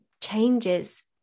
changes